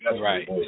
Right